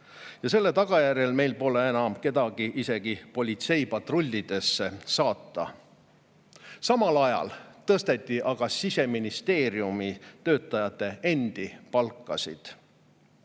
ja selle tagajärjel pole meil enam kedagi isegi politseipatrullidesse saata. Samal ajal tõsteti aga Siseministeeriumi töötajate endi palkasid.